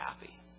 happy